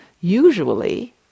usually